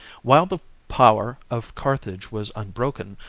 while the power of carthage was unbroken,